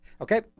Okay